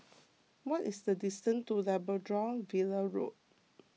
what is the distance to Labrador Villa Road